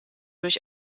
durch